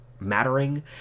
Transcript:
Mattering